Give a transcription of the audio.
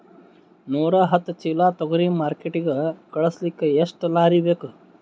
ನೂರಾಹತ್ತ ಚೀಲಾ ತೊಗರಿ ಮಾರ್ಕಿಟಿಗ ಕಳಸಲಿಕ್ಕಿ ಎಷ್ಟ ಲಾರಿ ಬೇಕು?